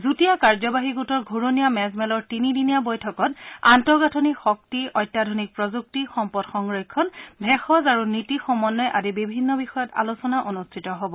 যুটীয়া কাৰ্যবাহী গোটৰ ঘূৰণীয়া মেজমেলৰ তিনিদিনীয়া বৈঠকত আন্তঃগাঁথনি শক্তি অত্যাধুনিক প্ৰযুক্তি সম্পদ সংৰক্ষণ ভেষজ আৰু নীতি সমন্নয় আদি বিভিন্ন বিষয়ত আলোচনা অনুষ্ঠিত হ'ব